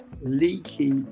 leaky